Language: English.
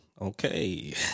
Okay